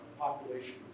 population